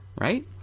right